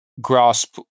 grasp